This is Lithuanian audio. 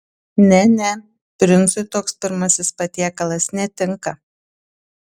ne ne princui toks pirmasis patiekalas netinka